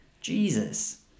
Jesus